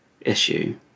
issue